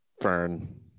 Fern